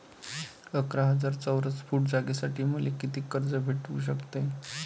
अकरा हजार चौरस फुट जागेसाठी मले कितीक कर्ज भेटू शकते?